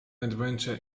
adventure